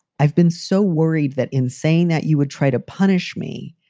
i've been so worried that in saying that you would try to punish me.